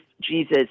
Jesus